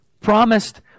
promised